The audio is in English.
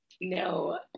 no